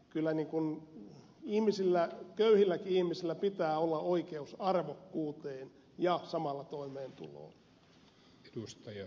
kyllä köyhilläkin ihmisillä pitää olla oikeus arvokkuuteen ja samalla toimeentuloon